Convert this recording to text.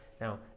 Now